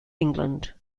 england